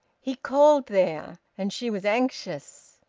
he called there. and she was anxious.